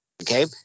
Okay